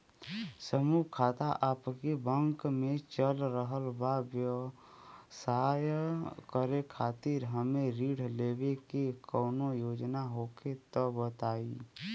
समूह खाता आपके बैंक मे चल रहल बा ब्यवसाय करे खातिर हमे ऋण लेवे के कौनो योजना होखे त बताई?